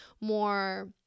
more